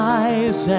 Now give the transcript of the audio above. eyes